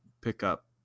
pickup